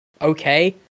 okay